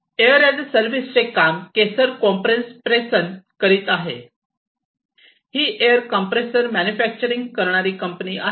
air as a service चे काम केसर कोम्प्रेसप्रेसन करीत आहे ही एयर कंप्रेसर मॅन्युफॅक्चरिंग करणारी कंपनी आहे